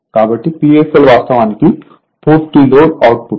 కాబట్టి Pfl వాస్తవానికి పూర్తి లోడ్ అవుట్పుట్